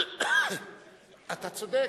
אתה צודק.